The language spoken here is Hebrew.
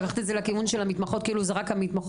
הלכת לכיוון של המתמחות, כאילו זה רק המתמחות.